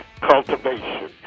cultivation